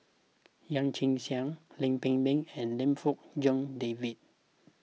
Yee Chia Hsing Lam Pin Min and Lim Fong Jock David